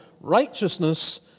righteousness